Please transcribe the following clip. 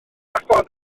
ffordd